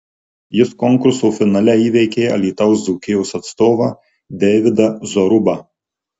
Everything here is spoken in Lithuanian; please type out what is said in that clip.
jis konkurso finale įveikė alytaus dzūkijos atstovą deividą zorubą